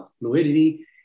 fluidity